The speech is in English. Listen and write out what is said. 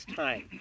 time